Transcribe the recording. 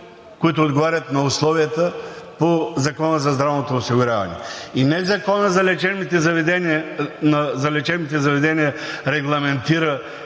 които отговарят на условията по Закона за здравното осигуряване. И не Законът за лечебните заведения регламентира